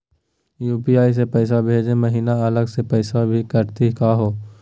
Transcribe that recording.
UPI स पैसवा भेजै महिना अलग स पैसवा भी कटतही का हो?